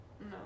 No